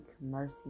mercy